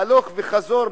הלוך וחזור,